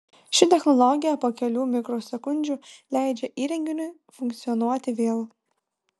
ši technologija po kelių mikrosekundžių leidžia įrenginiui funkcionuoti vėl